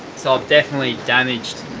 so i've definitely damaged